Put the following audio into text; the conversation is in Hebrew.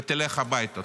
ותלך הביתה.